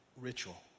ritual